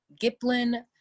giplin